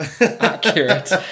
accurate